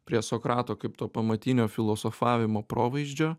prie sokrato kaip to pamatinio filosofavimo provaizdžio